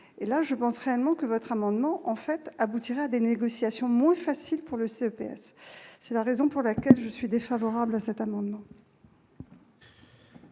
Je pense réellement que l'adoption de votre amendement aboutirait à des négociations moins faciles pour le CEPS. C'est la raison pour laquelle je suis défavorable à cet amendement.